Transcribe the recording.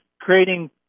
creating